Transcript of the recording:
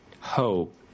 hope